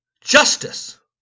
justice